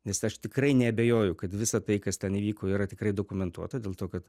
nes aš tikrai neabejoju kad visa tai kas ten įvyko yra tikrai dokumentuota dėl to kad